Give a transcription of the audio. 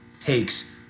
takes